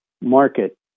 market